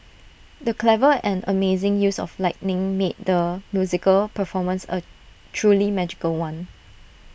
the clever and amazing use of lighting made the musical performance A truly magical one